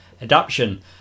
adaption